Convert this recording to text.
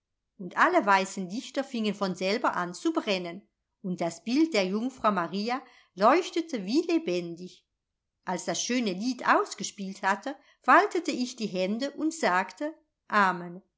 und alle weißen lichter fingen von selber an zu brennen und das bild der jungfrau maria leuchtete wie lebendig als das schöne lied ausgespielt hatte faltete ich die hände und sagte amen